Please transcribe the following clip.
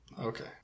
Okay